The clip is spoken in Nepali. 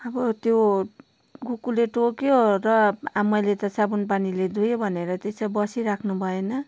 अब त्यो कुकरले टोक्यो र अब मैले त साबुन पानीले धोएँ भनेर त्यसै बसिराख्नु भएन